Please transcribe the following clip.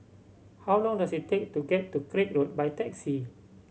how long does it take to get to Craig Road by taxi